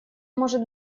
может